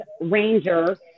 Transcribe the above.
ranger